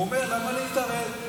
הוא אומר: למה להתערב?